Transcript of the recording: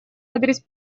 адрес